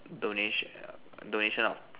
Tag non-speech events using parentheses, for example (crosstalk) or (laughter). donation (noise) donation of